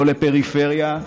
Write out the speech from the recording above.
לא לפריפריה,